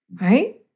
Right